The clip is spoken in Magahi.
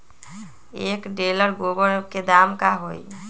एक टेलर गोबर के दाम का होई?